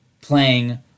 playing